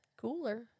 cooler